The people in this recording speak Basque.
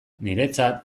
niretzat